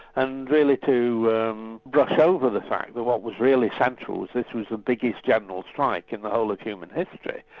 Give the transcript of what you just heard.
and really to brush over the fact that what was really central was this was the biggest general strike in the whole of human history,